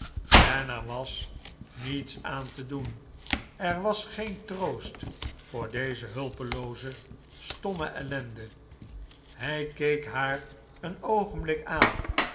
en er was niets aan te doen er was geen troost voor deze hulpelooze stomme ellende hij keek haar een oogenblik aan